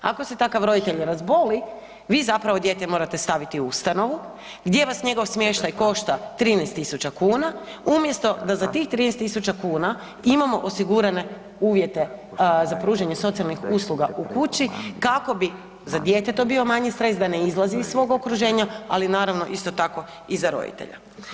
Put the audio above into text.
Ako se takav roditelj razboli vi zapravo dijete morate staviti u ustanovu gdje vas njegov smještaj košta 13.000 kuna umjesto da za tih 13.000 kuna imamo osigurane uvjete za pružanje socijalnih usluga u kući kako bi za dijete to bio manji stres da ne izlazi iz svog okruženja, ali naravno isto tako i za roditelja.